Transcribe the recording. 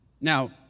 Now